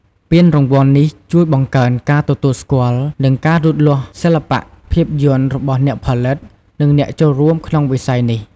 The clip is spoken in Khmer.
ពានរង្វាន់នេះជួយបង្កើនការទទួលស្គាល់ និងការលូតលាស់សិល្បៈភាពយន្តរបស់អ្នកផលិត និងអ្នកចូលរួមក្នុងវិស័យនេះ។